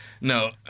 no